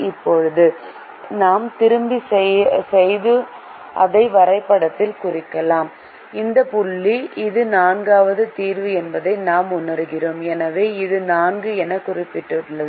இப்போது நாம் திரும்பிச் சென்று அதை வரைபடத்தில் குறிக்கிறோம் இந்த புள்ளி இது நான்காவது தீர்வு என்பதை நாம் உணர்கிறோம் எனவே இது 4 என குறிக்கப்பட்டுள்ளது